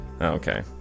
Okay